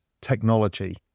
technology